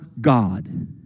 God